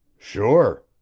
sure.